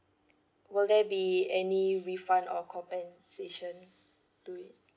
will there be any refund or compensation to it